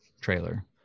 trailer